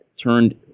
turned